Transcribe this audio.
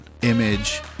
image